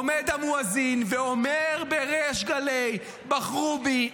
עומד המואזין ואומר בריש גלי: בחרו בי,